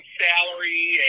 salary